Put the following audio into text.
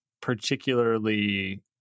particularly